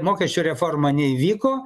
mokesčių reforma neįvyko